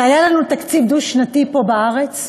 שהיה לנו תקציב דו-שנתי פה בארץ?